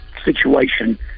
Situation